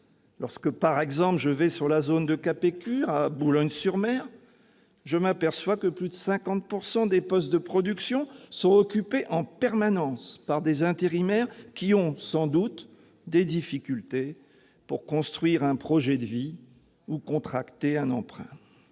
lorsque je vais sur la zone de Capécure, à Boulogne-sur-Mer, je m'aperçois que plus de 50 % des postes de production sont occupés en permanence par des intérimaires, qui ont sans doute des difficultés pour construire un projet de vie ou contracter un emprunt